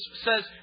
says